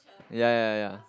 ya ya ya ya